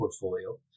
portfolio